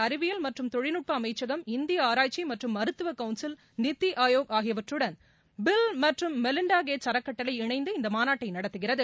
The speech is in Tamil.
அறிவியல் மற்றும் தொழில்நுட்ப அமைச்சகம் இந்திய ஆராய்ச்சி மற்றும் மருத்துவ கவுன்சில் நித்தி ஆயோக் பில் மற்றும் மெலிண்டாகேட்ஸ் அறக்கட்டளை இணைந்து இந்த மாநாட்டை நடத்துகிறது